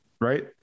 right